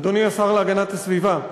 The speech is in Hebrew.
אדוני השר להגנת הסביבה,